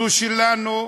זו שלנו,